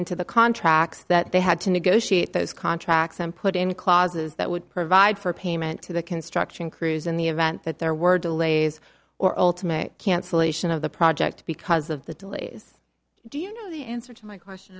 into the contracts that they had to negotiate those contracts and put in clauses that would provide for payment to the construction crews in the event that there were delays or ultimate cancellation of the project because of the delays do you know the answer to my question